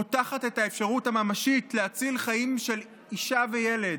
פותחת את האפשרות הממשית להציל חיים של אישה וילד,